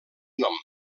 nom